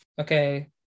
okay